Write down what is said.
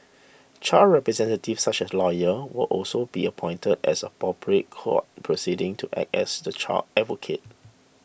child representatives such as lawyers will also be appointed as a appropriate court proceedings to act as the child's advocate